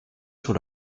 sur